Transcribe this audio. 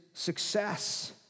Success